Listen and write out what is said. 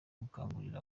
gukangurira